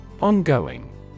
Ongoing